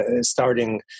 starting